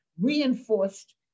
reinforced